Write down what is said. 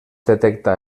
detecta